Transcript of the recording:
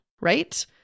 right